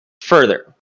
further